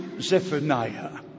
Zephaniah